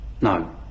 No